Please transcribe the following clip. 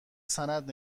سند